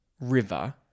river